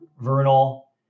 Vernal